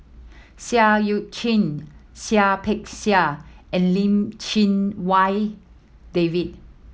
Seah Eu Chin Seah Peck Seah and Lim Chee Wai David